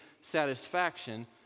satisfaction